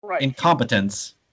incompetence